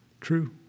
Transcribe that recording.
True